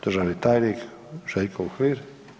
Državni tajnik Željko Uhlir.